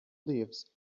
leaves